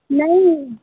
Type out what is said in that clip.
नहीं नहीं